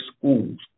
schools